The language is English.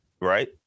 right